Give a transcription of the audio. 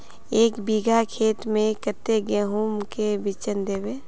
एक बिगहा खेत में कते गेहूम के बिचन दबे?